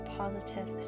positive